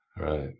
Right